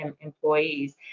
employees